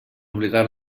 obligar